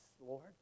lord